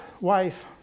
wife